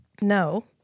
No